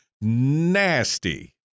nasty